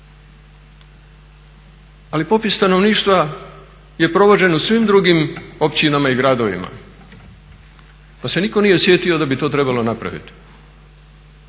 Ali popis stanovništva je provođen u svim drugim općinama i gradovima pa se nitko nije sjetio da bi to trebalo napraviti,